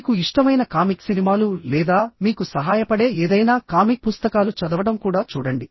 మీకు ఇష్టమైన కామిక్ సినిమాలు లేదా మీకు సహాయపడే ఏదైనా కామిక్ పుస్తకాలు చదవడం కూడా చూడండి